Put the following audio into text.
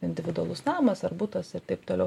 individualus namas ar butas ir taip toliau